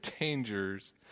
dangers